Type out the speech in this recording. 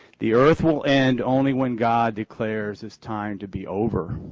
the earth will end only when god declares it's time to be over.